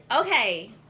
Okay